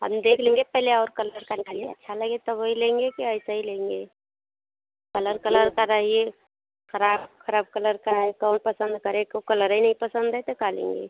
हम देख लेंगे पहले और कलर अच्छा लगे तो वही लेंगे कि ऐसे लेंगे कलर कलर कराइए खराब खराब कलर का है कौन पसंद करे एकौ कलर ही नहीं पसंद हैं तो का लेंगे